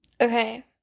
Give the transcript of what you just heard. Okay